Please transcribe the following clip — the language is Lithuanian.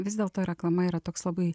vis dėlto reklama yra toks labai